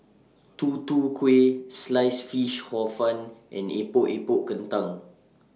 Tutu Kueh Sliced Fish Hor Fun and Epok Epok Kentang